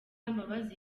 mbabazi